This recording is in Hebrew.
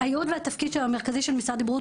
הייעוד והתפקיד המרכזי של משרד הבריאות,